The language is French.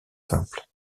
simple